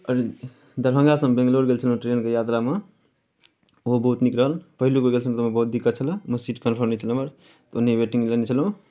आओर दरभंगासँ हम बेंगलौर गेल छलहुँ ट्रेनके यात्रामे ओहो बहुत नीक रहल पहिलुक बेर गेल छलहुँ तऽ ओहिमे बहुत दिक्कत छलै हमर सीट कन्फर्म नहि छलय हमर ओहिनाए वेटिंग लेने छलहुँ